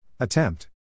Attempt